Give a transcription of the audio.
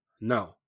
No